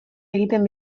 egiten